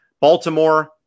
Baltimore